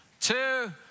two